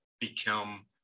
become